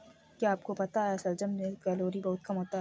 क्या आपको पता है शलजम में कैलोरी बहुत कम होता है?